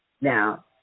Now